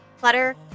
Clutter